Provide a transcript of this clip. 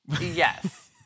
yes